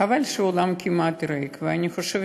חבל שהאולם כמעט ריק, אני חושבת